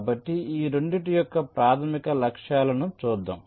కాబట్టి ఈ రెండింటి యొక్క ప్రాథమిక లక్ష్యాలను చూద్దాం